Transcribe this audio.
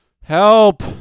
Help